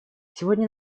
сегодня